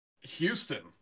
Houston